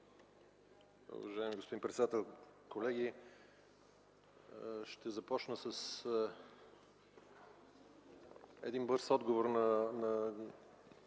Уважаеми господин председател, колеги, ще започна с бърз отговор на